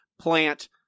plant